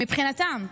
מבחינתם.